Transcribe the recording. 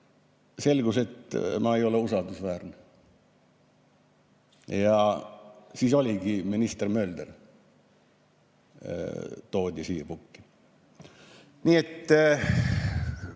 selgus, et ma ei ole usaldusväärne, ja siis toodigi minister Mölder siia pukki. Nii et